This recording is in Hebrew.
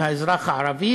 של האזרח הערבי,